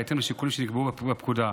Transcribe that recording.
בהתאם לשיקולים שנקבעו בפקודה.